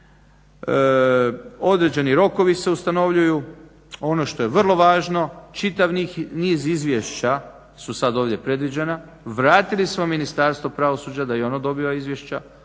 Određeni rokovi se ustanovljuju. Ono što je vrlo važno čitav niz izvješća su sad ovdje predviđena. Vratili smo Ministarstvo pravosuđa da i ono dobiva izvješća.